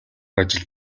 ажилд